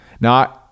Now